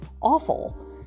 awful